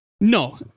No